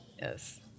Yes